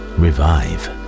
revive